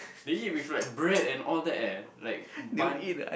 they eat with like bread and all that eh like bun